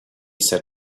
said